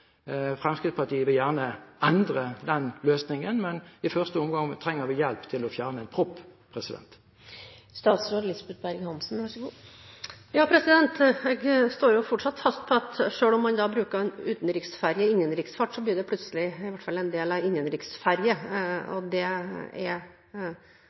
Fremskrittspartiet vil gjerne endre den løsningen, men i første omgang trenger vi hjelp til å fjerne en propp. Jeg står fortsatt fast ved at selv om man bruker en utenriksferge i innenriksfart, blir det i hvert fall en del av